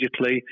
digitally